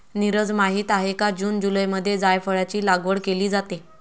नीरज माहित आहे का जून जुलैमध्ये जायफळाची लागवड केली जाते